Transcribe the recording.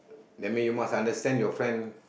that mean you must understand your friend